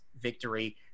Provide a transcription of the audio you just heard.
victory